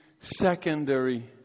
secondary